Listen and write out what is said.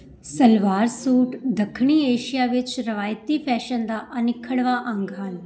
salwar suit ਦੱਖਣੀ Asia ਵਿੱਚ ਰਵਾਇਤੀ ਫੈਸ਼ਨ ਦਾ ਅਨਿਖੜਵਾਂ ਅੰਗ ਹਨ